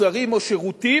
מוצרים או שירותים,